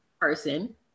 person